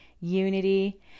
unity